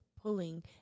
pulling